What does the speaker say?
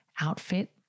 outfit